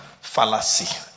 fallacy